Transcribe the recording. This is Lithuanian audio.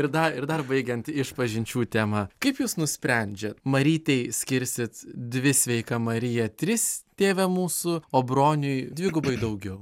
ir dar ir dar baigiant išpažinčių temą kaip jūs nusprendžiat marytei skirsit dvi sveika marija tris tėve mūsų o broniui dvigubai daugiau